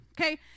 Okay